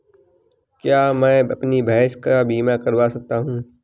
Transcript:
क्या मैं अपनी भैंस का बीमा करवा सकता हूँ?